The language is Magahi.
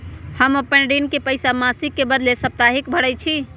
हम अपन ऋण के पइसा मासिक के बदले साप्ताहिके भरई छी